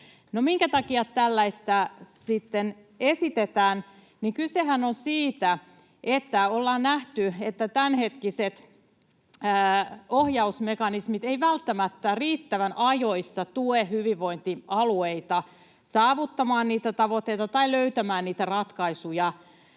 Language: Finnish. minkä takia tällaista sitten esitetään? Kysehän on siitä, että ollaan nähty, että tämänhetkiset ohjausmekanismit eivät välttämättä riittävän ajoissa tue hyvinvointialueita saavuttamaan niitä tavoitteita tai löytämään niitä ratkaisuja,